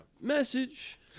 Message